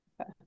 Okay